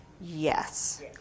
yes